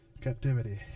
captivity